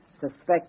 suspect